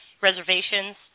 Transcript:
reservations